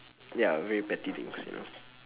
ya very petty things you know